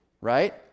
right